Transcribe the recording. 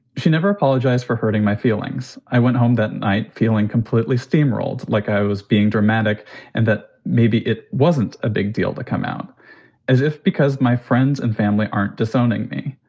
she never apologized for hurting my feelings. i went home that night feeling completely steamrolled, like i was being dramatic and that maybe it wasn't a big deal to come out as if because my friends and family aren't disowning me,